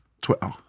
Twitter –